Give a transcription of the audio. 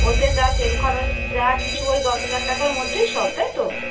ওতে যা তেল খরচ যা কিছু ওই দশ হাজার টাকার মধ্যেই সব তাই তো